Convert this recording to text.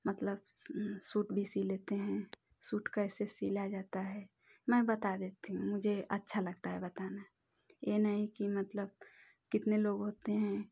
मतलब शूट भी सिल लेते हैं शूट कैसे सिला जाता है मैं बता देती हूँ मुझे अच्छा लगता है बताना ये नहीं कि मतलब कितने लोग होते हैं